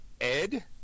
Ed